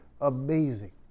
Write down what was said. amazing